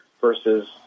versus